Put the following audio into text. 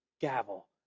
gavel